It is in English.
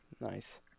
Nice